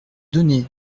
donner